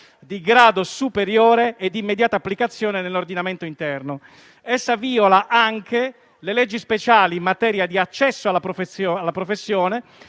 di grado superiore e di immediata applicazione nell'ordinamento interno. Essa viola anche le leggi speciali in materia di accesso alla professione,